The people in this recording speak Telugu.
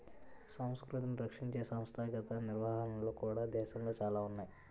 సంస్కృతిని రక్షించే సంస్థాగత నిర్వహణలు కూడా దేశంలో చాలా ఉన్నాయి